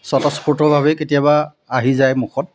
স্বতঃস্ফূৰ্তভাৱেই কেতিয়াবা আহি যায় মুখত